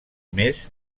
més